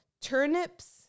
turnips